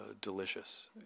delicious